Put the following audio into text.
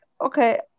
okay